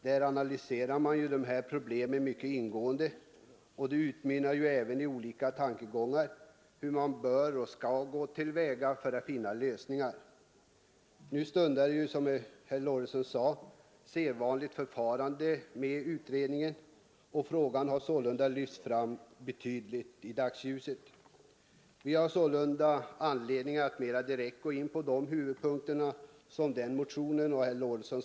Där analyseras detta problem mycket ingående, och betänkandet utmynnar i olika tankegångar om hur man skall gå till väga för att finna lösningar. Som herr Lorentzon sade skall betänkandet nu behandlas på sedvanligt sätt. Frågan har alltså lyfts fram i dagsljuset. Vi kommer således inom rimlig tid att få tillfälle att ta upp motionens huvudpunkter.